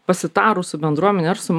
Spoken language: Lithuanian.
pasitarus su bendruomene ar su